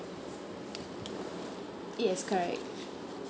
yes correct